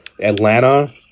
Atlanta